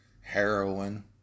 Heroin